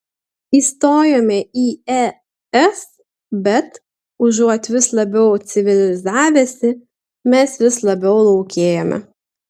įstojome į es bet užuot vis labiau civilizavęsi mes vis labiau laukėjame